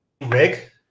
rig